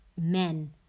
men